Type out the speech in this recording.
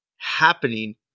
Happening